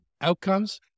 outcomes